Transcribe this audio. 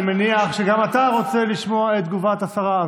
אני מניח שגם אתה רוצה לשמוע את תגובת השרה,